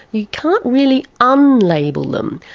you can't really un-label them.